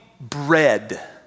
bread